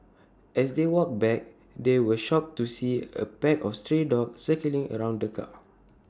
as they walked back they were shocked to see A pack of stray dogs circling around the car